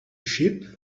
sheep